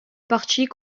partie